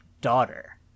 daughter